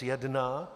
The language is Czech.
1.